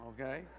okay